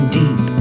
deep